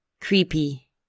Creepy